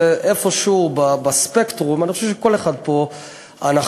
שאיפשהו בספקטרום, אני